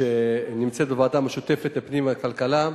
שנמצאת בוועדה משותפת לפנים ולכלכלה,